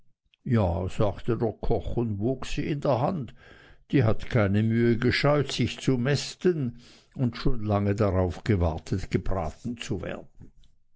ja sagte der koch und wog sie in der hand die hat keine mühe gescheut sich zu mästen und schon lange darauf gewartet gebraten zu werden